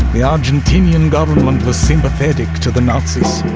the argentinian government was sympathetic to the nazis,